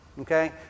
Okay